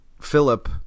Philip